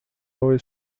away